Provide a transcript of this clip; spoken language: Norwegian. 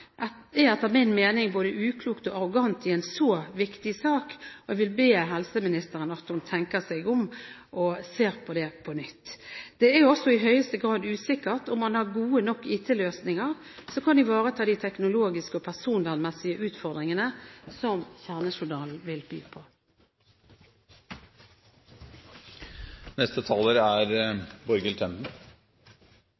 er etter min mening både uklokt og arrogant, og jeg vil be helseministeren om at hun tenker seg om og ser på dette på nytt. Det er også i høyeste grad usikkert om man har gode nok IT-løsninger som kan ivareta de teknologiske og personvernmessige utfordringene som kjernejournalen vil by